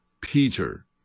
Peter